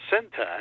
syntax